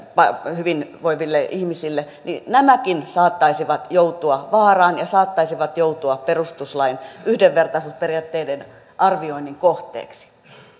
hyvinvoiville ihmisille nämäkin saattaisivat joutua vaaraan ja saattaisivat joutua perustuslain yhdenvertaisuusperiaatteiden arvioinnin kohteeksi